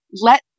let